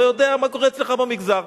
לא יודע מה קורה אצלך במגזר.